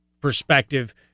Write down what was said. perspective